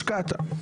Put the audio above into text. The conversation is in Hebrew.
השקעת.